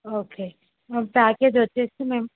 okay package వచ్చి మేము